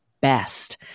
best